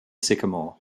sycamore